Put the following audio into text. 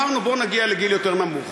אמרנו: בוא נגיע לגיל יותר נמוך.